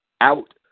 out